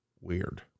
weird